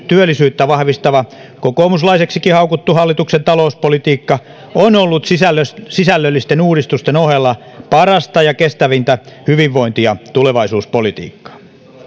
työllisyyttä vahvistava kokoomuslaiseksikin haukuttu hallituksen talouspolitiikka on ollut sisällöllisten sisällöllisten uudistusten ohella parasta ja kestävintä hyvinvointi ja tulevaisuuspolitiikkaa